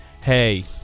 hey